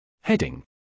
Heading